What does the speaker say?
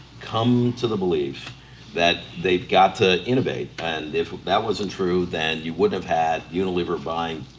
come to the believe that they've got to innovate and if that wasn't true than you wouldn't have had unilever buying.